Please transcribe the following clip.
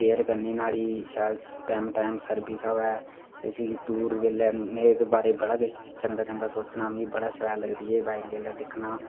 care करनी न्हाड़ी शैल शैल सर्विस होऐ इसी दूर जेल्लै में एह्दे बारै ई मिगी बड़ी शैल लगदी एह् बाईक जेल्लै दिक्खना आं